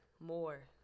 more